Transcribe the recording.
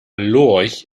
lurch